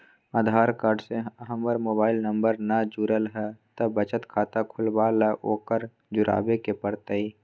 आधार card से हमर mobile number न जुरल है त बचत खाता खुलवा ला उकरो जुड़बे के पड़तई?